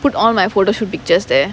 put all my photoshoot pictures there